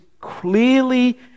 clearly